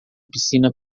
piscina